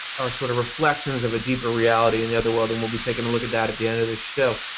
are sort of reflections of a deeper reality in the other world. and we will be taking a look at that at the end of the show.